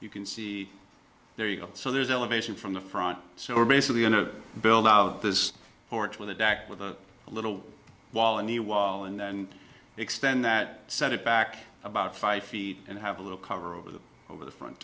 you can see there you go so there's elevation from the front so we're basically going to build out this porch with a dock with a little while a new while and then extend that set it back about five feet and have a little cover over that over the front